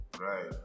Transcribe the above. Right